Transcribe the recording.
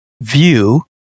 view